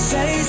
Say